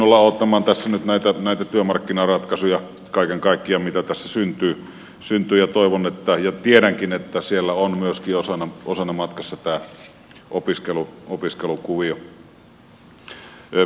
jään mielenkiinnolla odottamaan tässä nyt kaiken kaikkiaan näitä työmarkkinaratkaisuja mitä tässä syntyy ja toivon ja tiedänkin että siellä on osana matkassa myöskin tämä opiskelukuvio